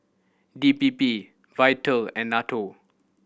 D P P Vital and NATO